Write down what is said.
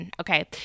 Okay